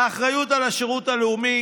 האחריות על השירות הלאומי,